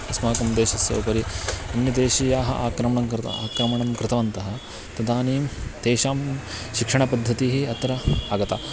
अस्माकं देशस्य उपरि अन्यदेशीयाः आक्रमणं कृतं आक्रमणं कृतवन्तः तदानीं तेषां शिक्षणपद्धतिः अत्र आगता